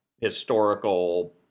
historical